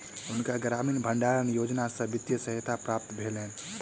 हुनका ग्रामीण भण्डारण योजना सॅ वित्तीय सहायता प्राप्त भेलैन